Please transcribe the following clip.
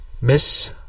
Miss